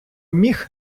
міх